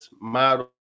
model